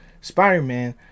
spider-man